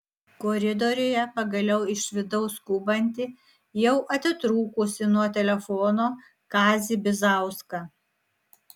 koridoriuje pagaliau išvydau skubantį jau atitrūkusį nuo telefono kazį bizauską